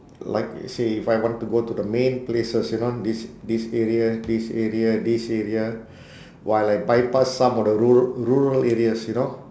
like say if I want to go to the main places you know this this area this area this area while I bypass some of the ru~ rural areas you know